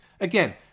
Again